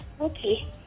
Okay